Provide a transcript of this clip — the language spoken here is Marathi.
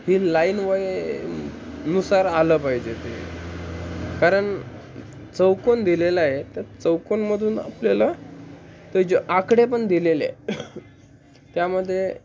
ही लाईन वयनुसार आलं पाहिजे ते कारण चौकोन दिलेलं आहे तर चौकोनमधून आपल्याला ते जे आकडे पण दिलेले त्यामध्ये